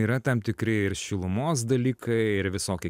yra tam tikri ir šilumos dalykai ir visokie